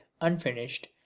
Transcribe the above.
unfinished